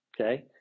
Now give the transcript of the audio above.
Okay